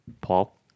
Paul